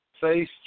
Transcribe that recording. face